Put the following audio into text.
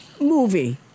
movie